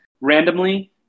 randomly